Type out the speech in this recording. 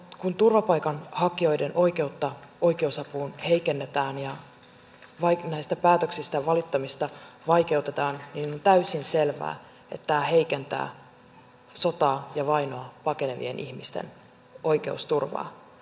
kun turvapaikanhakijoiden oikeutta oikeusapuun heikennetään ja näistä päätöksistä valittamista vaikeutetaan niin on täysin selvää että tämä heikentää sotaa ja vainoa pakenevien ihmisten oikeusturvaa